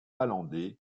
palander